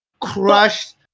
Crushed